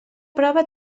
prova